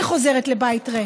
אני חוזרת לבית ריק,